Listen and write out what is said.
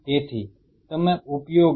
તેથી તમે ઉપયોગ કરવા માટે